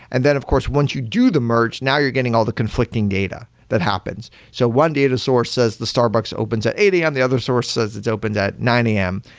and then of course once you do the merge, now you're getting all the conflicting data that happens. so one data source says the starbucks opens at eight am. the other source says it's open at nine am.